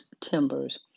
timbers